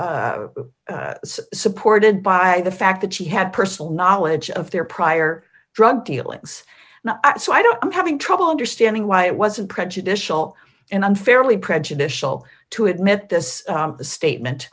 just supported by the fact that she had personal knowledge of their prior drug dealings so i don't i'm having trouble understanding why it wasn't prejudicial and unfairly prejudicial to admit this statement